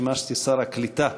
שימשתי שר הקליטה,